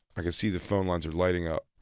i can see the phone lines are lighting up.